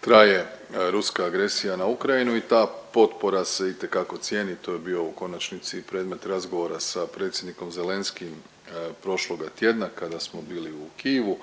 traje ruska agresija na Ukrajinu i ta potpora se itekako cijeni. To je bio u konačnici i predmet razgovora sa predsjednikom Zelenskim prošloga tjedna kada smo bili u Kijevu